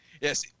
Yes